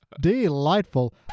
Delightful